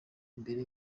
mbere